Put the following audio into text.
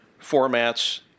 formats